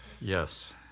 Yes